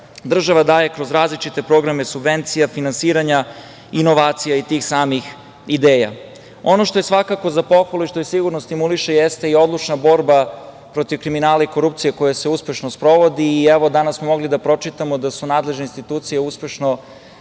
država daje kroz različite programe subvencija, finansiranja inovacija i tih samih ideja. Ono što je svakako za pohvalu i što sigurno stimuliše jeste i odlučna borba protiv kriminala i korupcije, koja se uspešno sprovodi. I evo, danas smo mogli da pročitamo da su nadležne institucije uspešno